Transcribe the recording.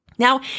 Now